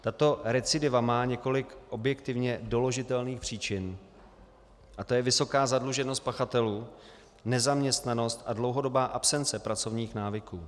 Tato recidiva má několik objektivně doložitelných příčin je to vysoká zadluženost pachatelů, nezaměstnanost a dlouhodobá absence pracovních návyků.